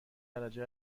درجه